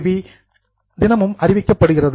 we தினமும் அறிவிக்கப்படுகிறது